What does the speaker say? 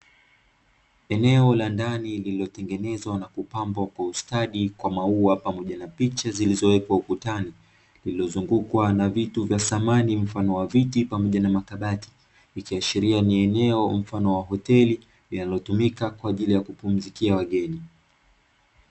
Eneo la ndani lililotengenezwa na kupambwa kwa ustadi kwa maua pamoja na picha zilizowekwa ukutani, liliozungukwa na vitu vya samani, mfano wa viti pamoja na makabati, ikiashiria ni eneo mfano wa hoteli linalotumika kwa ajili ya kupumzikia wageni.